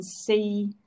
see